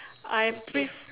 I prefer